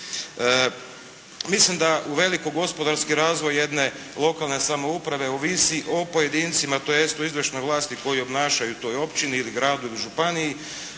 Mislim da uveliko gospodarski razvoj jedne lokalne samouprave ovisi o pojedincima tj. o izvršnoj vlasti koji obnašaju u toj općini ili gradu ili županiji.